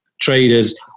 traders